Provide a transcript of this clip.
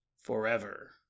Forever